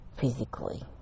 physically